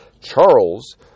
Charles